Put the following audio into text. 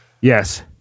Yes